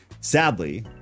sadly